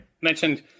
mentioned